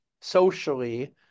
socially